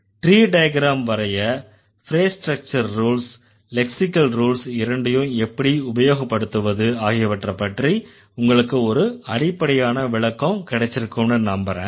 tree diagram வரைய phrase structure rules lexical rules இரண்டையும் எப்படி உபயோகப்படுத்துவது ஆகியவற்றைப் பற்றி உங்களுக்கு ஒரு அடிப்படையான விளக்கம் கிடைச்சிருக்கும்னு நம்பறேன்